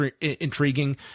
intriguing